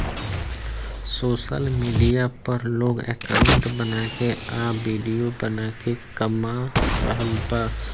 social media पर लोग account बना के आ विडिओ बना के कमा रहल बा